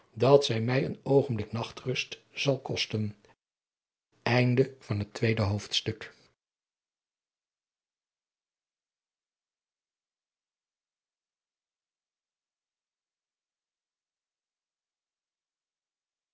dat zij mij een oogenblik nachtrust zal kosten